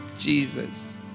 Jesus